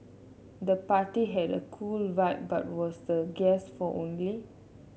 the party had a cool vibe but was the guest for only